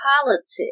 politics